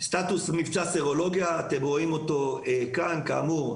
סטטוס מבצע סרולוגיה: כאמור,